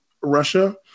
Russia